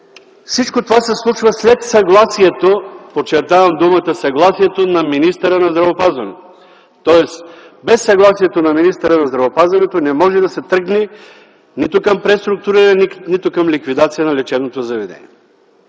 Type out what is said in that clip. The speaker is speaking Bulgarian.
всичко това се случва след съгласието, подчертавам думата съгласието, на министъра на здравеопазването. Тоест без съгласието на министъра на здравеопазването не може да се тръгне нито към преструктуриране, нито към ликвидация на лечебното заведение.